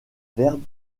verbe